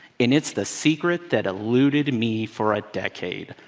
and it's the secret that eluded me for a decade.